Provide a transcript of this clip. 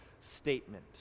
statement